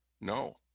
No